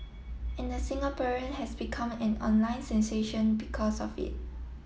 and the Singaporean has become an online sensation because of it